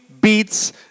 beats